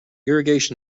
irrigation